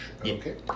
Okay